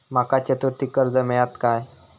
माका चतुर्थीक कर्ज मेळात काय?